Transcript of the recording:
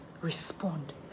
respond